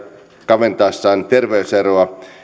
kaventaessaan terveyseroa